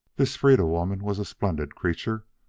this freda-woman was a splendid creature,